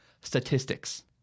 statistics